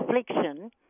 affliction